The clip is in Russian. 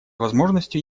возможностью